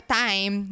time